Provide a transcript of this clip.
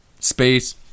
Space